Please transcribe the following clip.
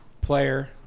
player